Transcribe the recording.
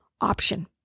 option